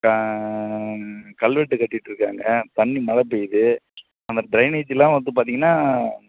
கல்வெட்டு கட்டிகிட்ருக்காங்க தண்ணி மழை பெய்து அந்த ட்ரைனேஜ்லாம் வந்து பார்த்தீங்கன்னா